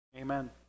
Amen